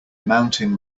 mountain